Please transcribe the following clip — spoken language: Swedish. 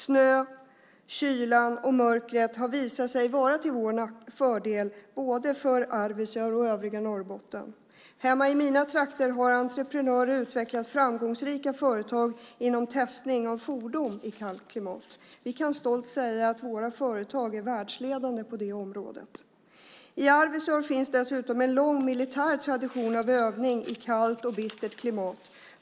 Snön, kylan och mörkret har visat sig vara till vår fördel, både för Arvidsjaur och för övriga Norrbotten. Hemma i mina trakter har entreprenörer utvecklat framgångsrika företag inom testning av fordon i kallt klimat. Vi kan stolt säga att våra företag är världsledande på det området. I Arvidsjaur finns dessutom en lång militär tradition av övning i kallt och bistert klimat.